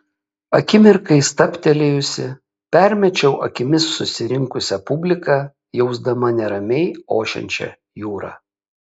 akimirkai stabtelėjusi permečiau akimis susirinkusią publiką jausdama neramiai ošiančią jūrą